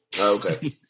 Okay